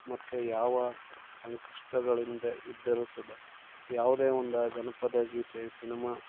ಮತ್ತು ಯಾವ ಸಂಕಷ್ಟಗಳಿಂದ ಇದ್ದರೂ ಸುದ ಯಾವುದೇ ಒಂದ ಜನಪದ ಗೀತೆ ಸಿನಮಾ